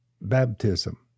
baptism